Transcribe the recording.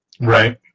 Right